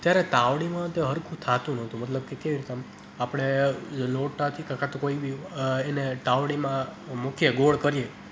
ત્યારે તાવડીમાં તે સરખું થતું નહોતું મતલબ કે કેવી રીતના આમ આપણે લોટાથી કાં તો કોઈ બી એને તાવડીમાં મૂકીએ ગોળ કરીએ